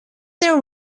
their